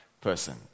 person